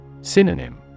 Synonym